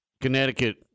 Connecticut